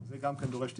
זה גם כן דורש טיפול.